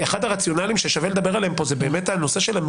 אחד הרציונלים ששווה לדבר עליהם פה זה עניין המיקוד.